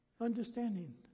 Understanding